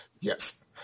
Yes